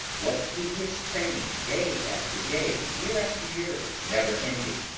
what tedious training, day after day, year after year, never ending,